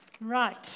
right